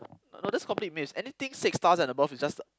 no that's a complete miss anything six stars and above is just